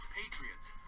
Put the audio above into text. patriots